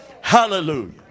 Hallelujah